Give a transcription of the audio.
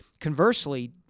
Conversely